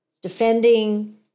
defending